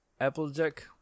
Applejack